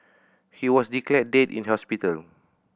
he was declared dead in hospital